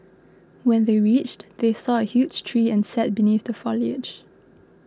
when they reached they saw a huge tree and sat beneath the foliage